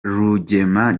rugema